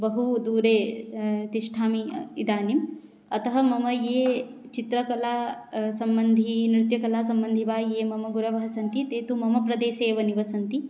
बहुदूरे तिष्ठामि इदानीम् अतः मम ये चित्रकला संबन्धिनृत्यकलासंबन्धि वा ये मम गुरवः सन्ति ते तु मम प्रदेशे एव निवसन्ति